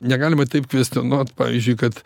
negalima taip kvestionuot pavyzdžiui kad